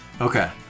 Okay